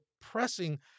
pressing